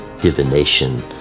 divination